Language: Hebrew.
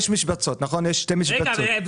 יש משבצות, יש שתי משבצות --- הבנו.